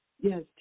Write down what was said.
yes